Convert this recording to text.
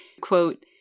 Quote